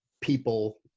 people